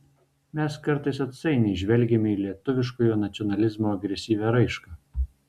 mes kartais atsainiai žvelgiame į lietuviškojo nacionalizmo agresyvią raišką